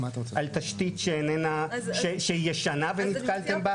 על תשתית ישנה ונתקלתם בה?